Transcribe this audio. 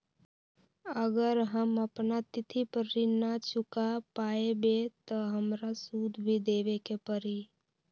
अगर हम अपना तिथि पर ऋण न चुका पायेबे त हमरा सूद भी देबे के परि?